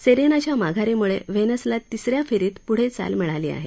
सेरेनाच्या माघारीमुळे व्हेनसला तिसऱ्या फेरीत पुढं चाल मिळाली आहे